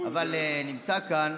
נמצא כאן